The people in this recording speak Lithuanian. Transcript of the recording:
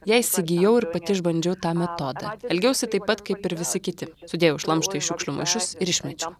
ją įsigijau ir pati išbandžiau tą metodą elgiausi taip pat kaip ir visi kiti sudėjau šlamštą į šiukšlių maišus ir išmečiau